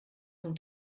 zum